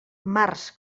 març